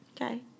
Okay